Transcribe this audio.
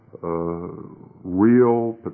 real